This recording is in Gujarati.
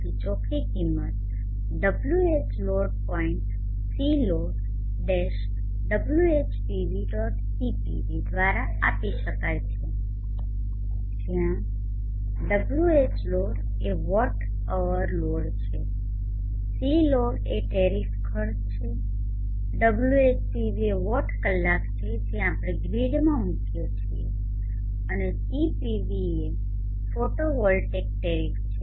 તેથી ચોખ્ખી કિંમત દ્વારા આપી શકાય છે જ્યાં Whload એ વોટ અવર લોડ છે Cload એ ટેરીફ ખર્ચ છે Whpv એ વોટ કલાક છે જે આપણે ગ્રીડમાં મુકીએ છીએ અને CPV એ ફોટોવોલ્ટેઇક ટેરીફ છે